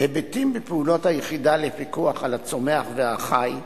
היבטים בפעולות היחידה לפיקוח על הצומח והחי,